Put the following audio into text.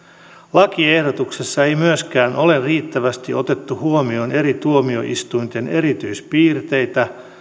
lakiehdotuksessa ei myöskään ole riittävästi otettu huomioon eri tuomioistuinten erityispiirteitä